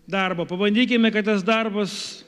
darbo pabandykime kad tas darbas